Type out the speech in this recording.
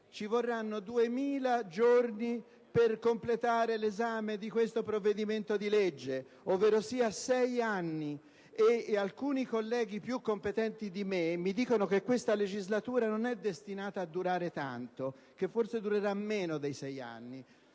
occorreranno 2.000 giorni per completare l'esame di questo provvedimento di legge, ovverosia sei anni. Ebbene, alcuni colleghi più competenti di me mi dicono che questa legislatura non è destinata a durare tanto e che forse durerà meno di sei anni.